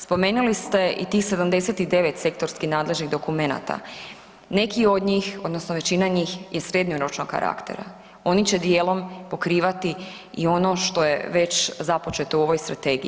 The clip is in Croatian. Spomenuli ste i tih 79 sektorski nadležnih dokumenata, neki od njih odnosno većina njih je srednjoročnog karaktera, oni će dijelom pokrivati i ono što je već započeto u ovoj strategiji.